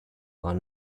are